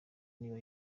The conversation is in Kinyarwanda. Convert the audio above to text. niba